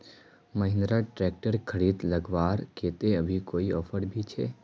Mahindra tractor खरीद लगवार केते अभी कोई ऑफर भी छे?